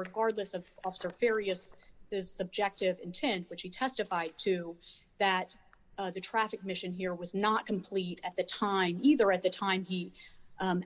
regardless of officer farias is subject of intent which he testified to that the traffic mission here was not complete at the time either at the time he